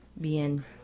Bien